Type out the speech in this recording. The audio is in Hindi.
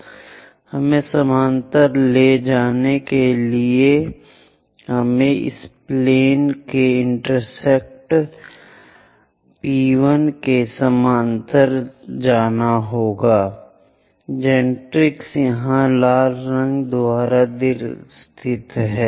तो हमें समानांतर ले जाने के लिए हमें इस प्लेन इंटरसेक्ट P1 के समानांतर ले जाने के लिए पहले जेनरेट्रिक्स यहाँ लाल रेखा द्वारा स्थित करें